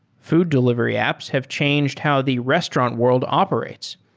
food delivery apps have changed how the restaurant world operates.